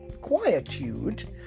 quietude